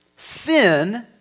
Sin